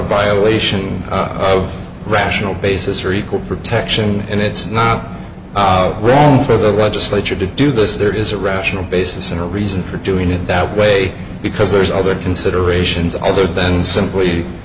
violation of rational basis or equal protection and it's not right for the legislature to do this there is a rational basis and a reason for doing it that way because there's other considerations other than